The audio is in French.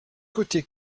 côté